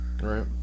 Right